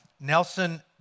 Nelson